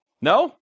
No